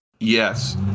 Yes